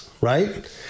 right